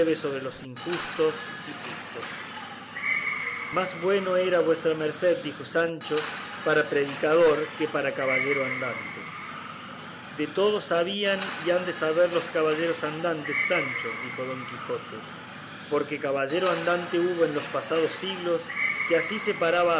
sobre los injustos y justos más bueno era vuestra merced dijo sancho para predicador que para caballero andante de todo sabían y han de saber los caballeros andantes sancho dijo don quijote porque caballero andante hubo en los pasados siglos que así se paraba